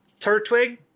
Turtwig